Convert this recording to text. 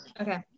okay